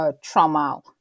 trauma